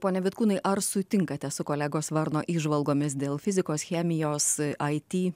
pone vitkūnai ar sutinkate su kolegos varno įžvalgomis dėl fizikos chemijos it